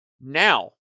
Now